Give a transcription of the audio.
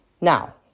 Now